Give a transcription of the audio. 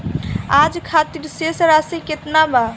आज खातिर शेष राशि केतना बा?